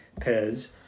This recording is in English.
pez